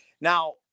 Now